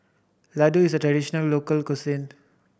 laddu is a traditional local cuisine